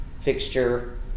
fixture